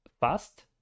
fast